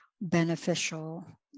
beneficial